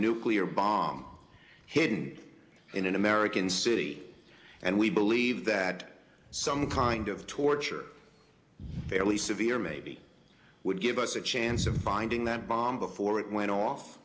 nuclear bomb hidden in an american city and we believe that some kind of torture fairly severe maybe would give us the chance of finding that bomb before it went off